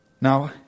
Now